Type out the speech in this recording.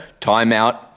timeout